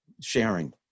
sharing